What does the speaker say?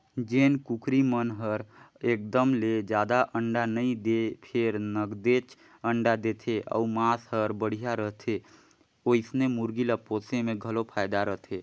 जेन कुकरी मन हर एकदम ले जादा अंडा नइ दें फेर नगदेच अंडा देथे अउ मांस हर बड़िहा रहथे ओइसने मुरगी ल पोसे में घलो फायदा रथे